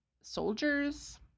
soldiers